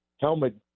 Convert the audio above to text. helmet